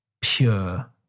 pure